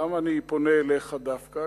למה אני פונה אליך דווקא?